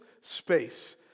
space